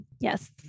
yes